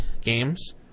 games